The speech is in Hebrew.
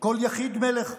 "כל יחיד מלך".